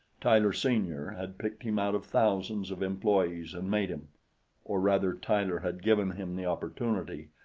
tyler, sr, had picked him out of thousands of employees and made him or rather tyler had given him the opportunity,